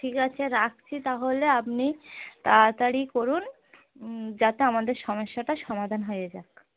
ঠিক আছে রাখছি তাহলে আপনি তাড়াতাড়ি করুন যাতে আমাদের সমস্যাটা সমাধান হয়ে যাক